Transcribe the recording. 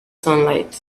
sunlight